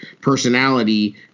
personality